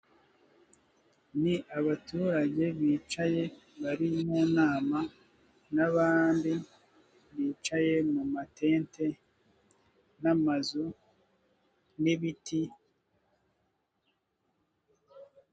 Ni abaturage bicaye bari mu nama, n'abandi bicaye mu matente, n'amazu n'ibiti...